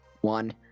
One